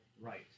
right